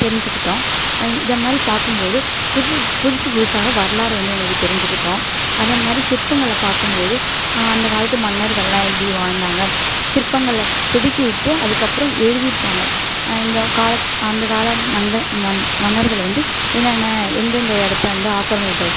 தெரிஞ்சுக்கிட்டோம் இதைமாரி பார்க்கும் போது புதுசு புதுசு புதுசாக வரலாறு வந்து எங்களுக்கு தெரிஞ்சிக்கிட்டோம் அதைமாரி சிற்பங்களை பார்க்கும் போது அந்த காலத்து மன்னர்களேலாம் எப்படி வாழ்ந்தாங்க சிற்பங்களை செதுக்கிவிட்டு அதுக்கப்புறம் எழுதியிருப்பாங்க இந்த கால அந்த காலம் வந்த மன் மன்னர்கள் வந்து என்னென்ன எந்தெந்த இடத்த வந்து ஆக்கிரமிப்பு